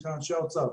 יושבים כאן אנשי האוצר,